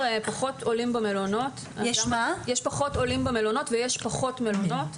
פחות עולים במלונות ויש פחות מלונות.